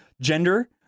gender